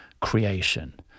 creation